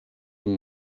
amb